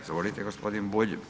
Izvolite gospodin Bulj.